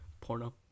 porno